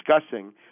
discussing